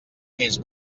més